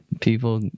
people